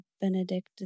Benedict